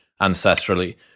ancestrally